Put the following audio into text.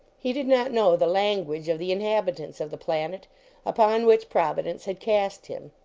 he did not know the language of the in habitants of the planet upon which providence had cast him.